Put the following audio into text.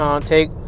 take